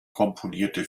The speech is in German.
komponierte